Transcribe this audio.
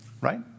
Right